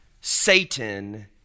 Satan